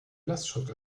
lastschrift